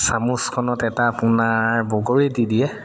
চামুচখনত এটা আপোনাৰ বগৰী দি দিয়ে